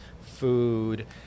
food